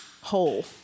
whole